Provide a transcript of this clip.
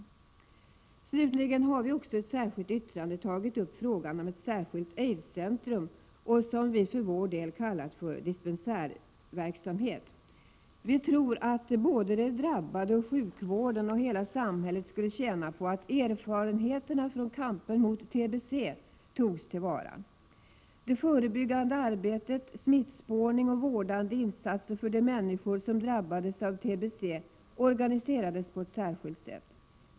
Vi har också i ett särskilt yttrande tagit upp frågan om ett särskilt aidscentrum, som vi för vår del kallat för dispensärverksamhet. Vi tror att såväl de drabbade och sjukvården som hela samhället skulle tjäna på att erfarenheterna från kampen mot tbe togs till vara. Det förebyggande arbetet, smittspårning och vårdande insatser för de människor som drabbades av tbe organiserades på ett särskilt sätt.